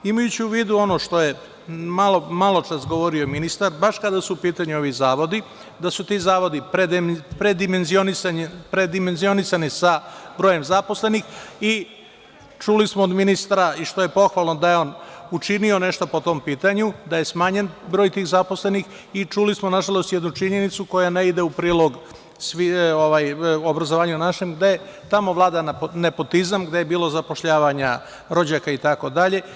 Imajući u vidu ono što je maločas govorio ministar, baš kada su u pitanju ovi zakoni, da su ti zavodi predimenzionirani sa brojem zaposlenih i čuli smo od ministra, što je pohvalno da je on učinio nešto po tom pitanju, da je smanjen broj zaposlenih i čuli smo, nažalost, jednu činjenicu koja ne ide u prilog našem obrazovanju, a to je da tamo vlada nepotizam, da je bilo zapošljavanja rođaka itd.